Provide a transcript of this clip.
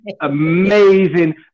amazing